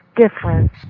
different